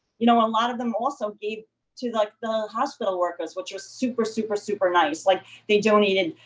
you know, a lot of them also gave to like the hospital workers which is super super super nice. like they donated,